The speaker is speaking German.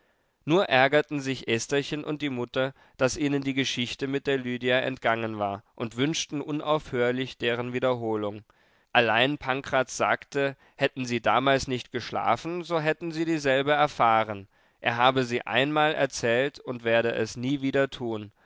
nur ärgerten sich estherchen und die mutter daß ihnen die geschichte mit der lydia entgangen war und wünschten unaufhörlich deren wiederholung allein pankraz sagte hätten sie damals nicht geschlafen so hätten sie dieselbe erfahren er habe sie einmal erzählt und werde es nie wieder tun